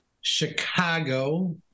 Chicago